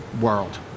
world